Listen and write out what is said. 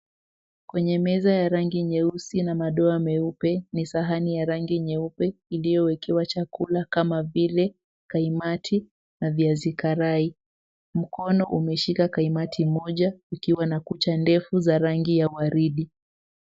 Kwenye meza ya rangi nyeusi na madoa meupe ni sahani ya rangi nyeupe iliyowekewa chakula kama vile kaimati na viazi karai. Mkono umeshika kaimati moja ukiwa na kucha ndefu za rangi ya waridi.